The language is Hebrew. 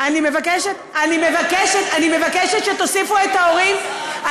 אני מבקשת שתוסיפו את ההורים.